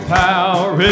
power